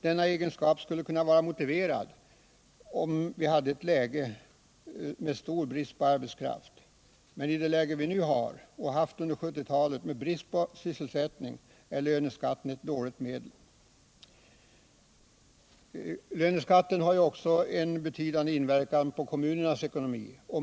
Denna egenskap skulle kunna vara motiverad i ett läge med stor brist på arbetskraft. Men i det läge vi nu har och som vi har haft under 1970-talet, med brist på sysselsättning, är löneskatten ett dåligt medel. Löneskatten har ju också betydande inverkan på kommunernas ekonomi.